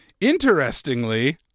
Interestingly